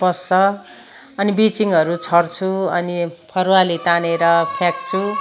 पस्छ अनि बि्लचिङहरू छर्छु अनि फरुवाले तानेर फ्याँक्छु